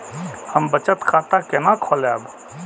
हम बचत खाता केना खोलैब?